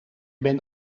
ben